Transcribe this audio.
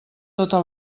tota